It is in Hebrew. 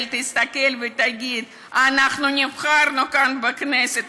תסתכל ותגיד: אנחנו נבחרנו כאן לכנסת,